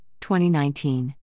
2019